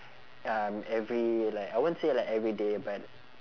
um every like I won't say like everyday but